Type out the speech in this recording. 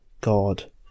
god